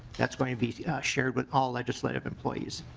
that's going to be shared with all legislative employees.